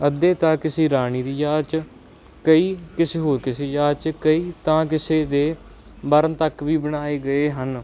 ਅੱਧੇ ਤਾਂ ਕਿਸੇ ਰਾਣੀ ਦੀ ਯਾਦ 'ਚ ਕਈ ਕਿਸੇ ਹੋਰ ਕਿਸੇ ਯਾਦ 'ਚ ਕਈ ਤਾਂ ਕਿਸੇ ਦੇ ਮਰਨ ਤੱਕ ਵੀ ਬਣਾਏ ਗਏ ਹਨ